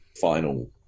final